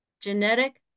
genetic